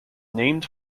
named